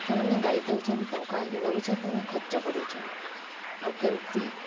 ସେମାନେ ଗାଳି ଦେଉଛ ଟଙ୍କା ନେଉଛ ତମେ ଖର୍ଚ୍ଚ କରୁଛ ଆଉ କେମିତି